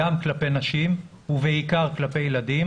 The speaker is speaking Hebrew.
גם כלפי נשים ובעיקר כלפי ילדים,